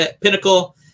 Pinnacle